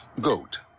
goat